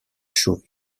true